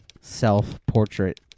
self-portrait